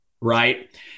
right